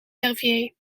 verviers